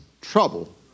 trouble